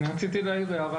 הערה